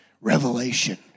Revelation